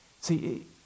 See